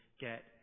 get